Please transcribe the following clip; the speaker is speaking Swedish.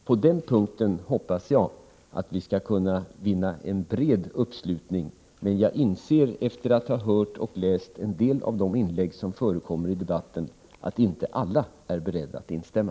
— På den punkten hoppas jag att vi skall kunna vinna en bred uppslutning, men jag inser efter att ha hört och läst en del av de inlägg som förekommer i debatten att inte alla är beredda att instämma.